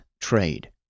trade